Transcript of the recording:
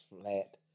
flat